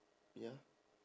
ya